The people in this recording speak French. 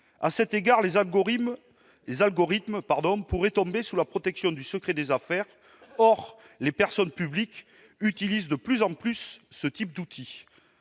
À cet égard, les algorithmes pourraient tomber sous le coup de la protection du secret des affaires. Or les personnes publiques utilisent de plus en plus ce type d'outil.